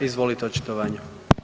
Izvolite očitovanje.